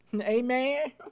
amen